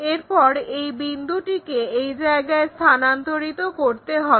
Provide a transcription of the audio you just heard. এরপর এই বিন্দুটিকে এই জায়গায় স্থানান্তরিত করতে হবে